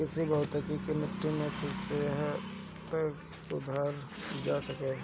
कृषि भौतिकी से मिट्टी कअ सेहत सुधारल जा सकेला